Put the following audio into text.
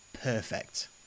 Perfect